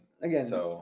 again